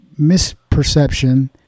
misperception